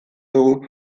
dugu